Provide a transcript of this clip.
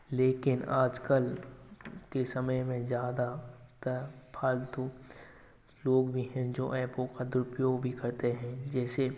लेकिन आज कल के समय में ज्यादा फ फालतू लोग भी हैं जो ऐपों का दुरुपयोग भी करते हैं जैसे